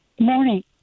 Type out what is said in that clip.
Morning